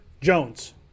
Jones